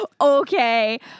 okay